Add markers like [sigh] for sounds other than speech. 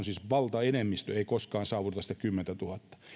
[unintelligible] siis valtaenemmistö ei koskaan saavuta sitä kymmentätuhatta eli jos